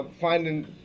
finding